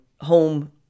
home